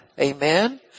Amen